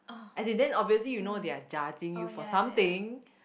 as in then obviously you know they are judging you for something